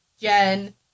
Jen